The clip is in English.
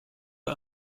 her